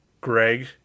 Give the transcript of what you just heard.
Greg